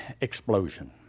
explosion